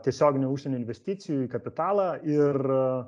tiesioginio užsienio investicijų į kapitalą ir